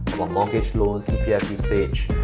mortgage loans, cpf usage,